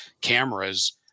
cameras